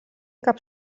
cap